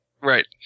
Right